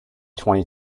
twenty